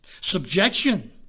subjection